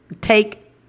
take